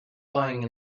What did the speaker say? lying